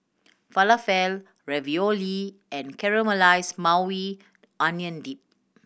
Falafel Ravioli and Caramelized Maui Onion Dip